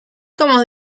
como